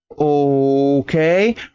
Okay